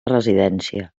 residència